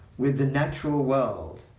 with the natural world,